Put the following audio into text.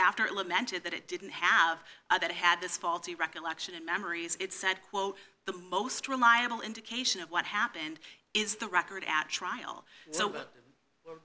after lamented that it didn't have that it had this faulty recollection and memories it said quote the most reliable indication of what happened is the record at trial